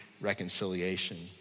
reconciliation